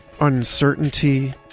uncertainty